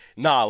Nah